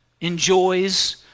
enjoys